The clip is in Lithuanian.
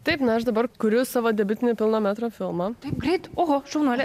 taip na aš dabar kuriu savo debiutinį pilno metro filmą taip greit oho šaunuolė